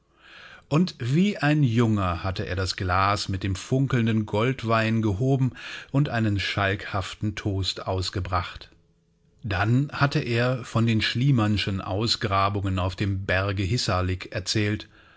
und wie ein junger hatte er das glas mit dem funkelnden goldwein gehoben und einen schalkhaften toast ausgebracht dann hatte er von den schliemannschen ausgrabungen auf dem berge hissarlik erzählt